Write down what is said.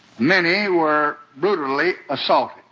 many were brutally assaulted.